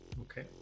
Okay